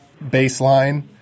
baseline